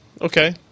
Okay